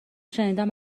شنیدم